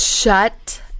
Shut